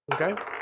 Okay